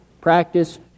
Practice